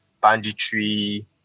banditry